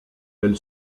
elle